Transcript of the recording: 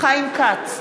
חיים כץ,